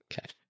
Okay